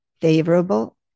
favorable